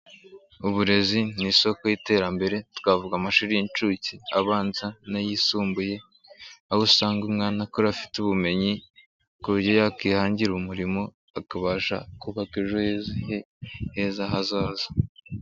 Uburezi ni isoko y'iterambere twavuga amashuri y'inshuke, abanza n'ayisumbuye aho usanga umwana akura afite ubumenyi ku buryo yakwihangira umurimo akabasha kubaka ejo he heza hazaza.